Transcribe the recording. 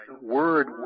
Word